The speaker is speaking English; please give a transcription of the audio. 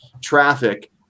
traffic